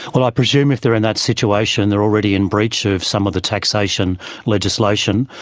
well, i presume if they're in that situation they're already in breach of some of the taxation legislation,